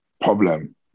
problem